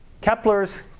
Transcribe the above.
Kepler's